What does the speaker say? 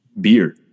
beer